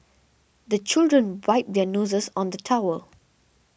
the children wipe their noses on the towel